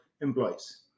employees